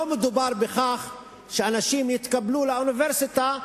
לא מדובר בכך שאנשים יתקבלו לאוניברסיטה,